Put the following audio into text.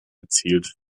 erzielt